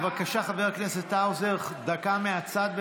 בבקשה, חבר הכנסת האוזר, דקה מהצד.